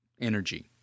energy